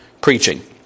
preaching